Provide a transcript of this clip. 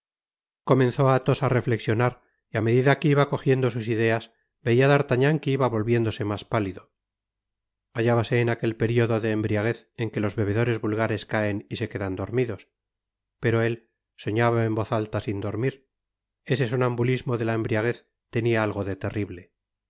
comenzó athos á reflexionar y á medida que iba cojiendo sus ideai veáa d'artagnan que iba volviéndose mas pálido hallábase en aquel periodo de embriaguez en que los bebedores vulgares caen y se quedan dormidos pe o él soñaba en vgz alta sin dormir ese sonambulismo de la embriaguez tenia algo de terrible